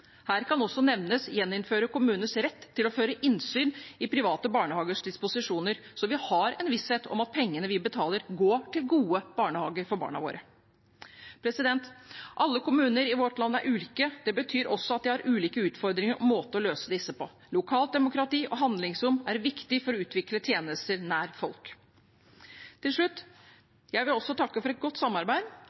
Her kan også nevnes gjeninnføring av kommunenes rett til å ha innsyn i private barnehagers disposisjoner, så vi har en visshet om at pengene vi betaler, går til gode barnehager for barna våre. Alle kommuner i vårt land er ulike. Det betyr også at de har ulike utfordringer og måter å løse disse på. Lokalt demokrati og handlingsrom er viktig for å utvikle tjenester nær folk. Til slutt: Jeg vil takke for et godt samarbeid,